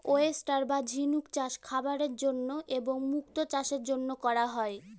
oyster বা ঝিনুক চাষ খাবারের জন্য এবং মুক্তো চাষের জন্য করা হয়